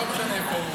או לא משנה איפה,